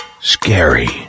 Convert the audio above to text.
scary